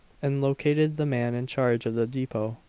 and located the man in charge of the depot.